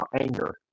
anger